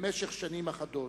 במשך שנים אחדות.